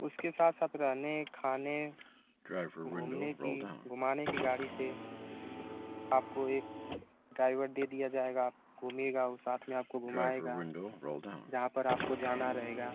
उसके साथ साथ रहने खाने घूमने की घुमाने की गाड़ी से आपको एक ड्राइवर दे दिया जाएगा आप घूमिएगा वो साथ में आपको घुमाएगा जहाँ पर आपको जाना रहेगा